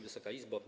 Wysoka Izbo!